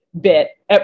bit